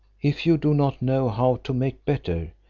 if you do not know how to make better,